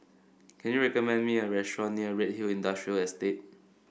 can you recommend me a restaurant near Redhill Industrial Estate